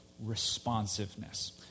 responsiveness